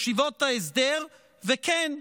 ישיבות ההסדר, וכן,